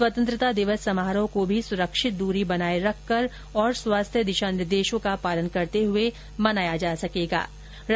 स्वतंत्रता दिवस समारोहों को भी सुरक्षित दूरी बनाए रखकर तथा स्वास्थ्य दिशा निर्देशों का पालन करते हए मनाया जा सकता है